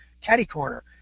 catty-corner